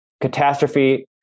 catastrophe